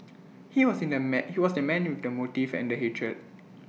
he was in the he was the man with the motive and the hatred